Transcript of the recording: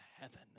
heaven